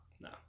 No